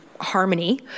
harmony